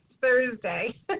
Thursday